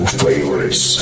favorites